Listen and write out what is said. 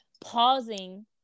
pausing